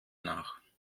nach